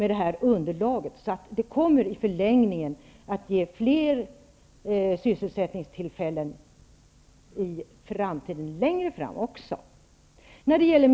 Det kommer nämligen i förlängningen att ge fler sysselsättningstillfällen även längre fram i tiden.